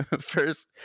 First